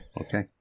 Okay